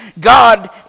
God